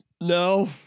No